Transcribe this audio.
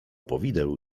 powideł